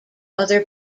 other